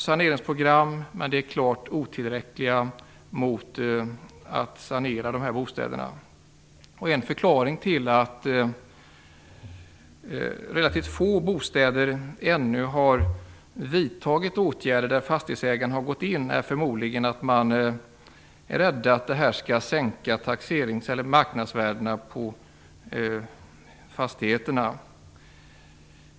Saneringsprogram för bostäder har genomförts, men de är klart otillräckliga. En förklaring till att relativt få åtgärder har vidtagits av fastighetsägarna är förmodligen att de är rädda för att marknadsvärdena på fastigheterna skall sänkas.